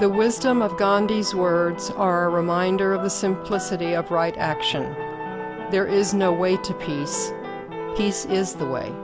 the wisdom of gandhi's words are reminder of the simplicity upright action there is no way to peace peace is the way